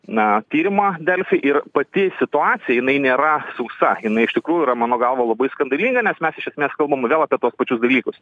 na tyrimą delfi ir pati situacija jinai nėra sausa jinai iš tikrųjų yra mano galva labai skandalinga nes mes mes kalbam vėl apie tuos pačius dalykus